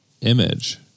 image